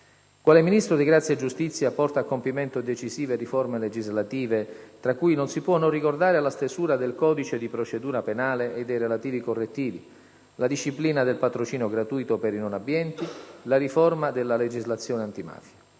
Quale Ministro di grazia e giustizia porta a compimento decisive riforme legislative, tra cui non si può non ricordare la stesura del codice di procedura penale e dei relativi correttivi, la disciplina del patrocinio gratuito per i non abbienti, la riforma della legislazione antimafia.